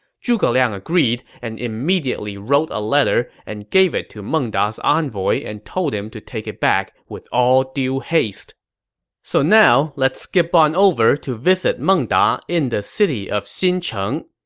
zhuge liang agreed and immediately wrote a letter and gave it to meng da's envoy and told him to take it back with all due haste so now, let's skip on over to visit meng da in the city of xincheng.